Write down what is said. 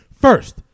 First